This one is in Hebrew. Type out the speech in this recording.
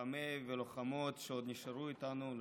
לוחמים ולוחמות שעוד נשארו איתנו,